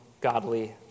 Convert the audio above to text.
godly